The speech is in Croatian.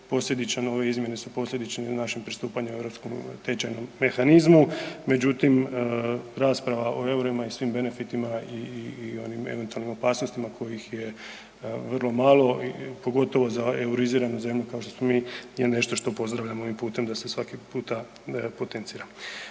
ove izmjene su posljedične našem pristupanju europskom tečajnom mehanizmu. Međutim, rasprava o eurima i svim benefitima i onim eventualnim opasnostima kojih je vrlo malo, pogotovo za euriziranu zemlju kao što smo mi je nešto što pozdravljamo .../Govornik se ne razumije./... da se svaki puta potencira.